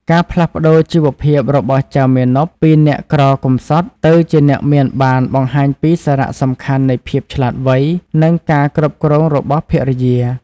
ការផ្លាស់ប្តូរជីវភាពរបស់ចៅមាណពពីអ្នកក្រកំសត់ទៅជាអ្នកមានបានបង្ហាញពីសារៈសំខាន់នៃភាពឆ្លាតវៃ និងការគ្រប់គ្រងរបស់ភរិយា។